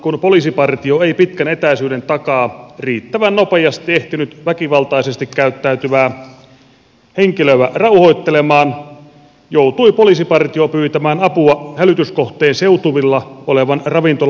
kun poliisipartio ei pitkän etäisyyden takaa riittävän nopeasti ehtinyt väkivaltaisesti käyttäytyvää henkilöä rauhoittelemaan joutui poliisipartio pyytämään apua hälytyskohteen seutuvilla olevan ravintolan vahtimestarilta